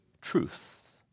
truth